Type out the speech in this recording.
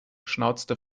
schnauzte